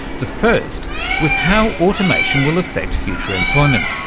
the first was how automation will affect future employment.